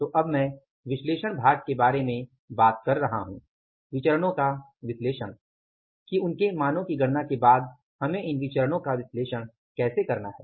तो अब मैं विश्लेषण भाग के बारे में बात कर रहा हूं विचरणो का विश्लेषण कि उनके मानो की गणना के बाद हमें इन विचरणो का विश्लेषण कैसे करना है